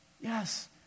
Yes